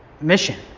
mission